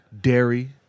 dairy